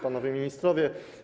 Panowie Ministrowie!